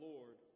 Lord